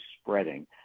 spreading